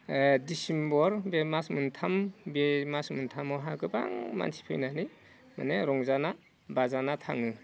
December बे मास मोनथाम बे मास मोनथामावहा गोबां मानसि फैनानै माने रंजाना बाजाना थाङो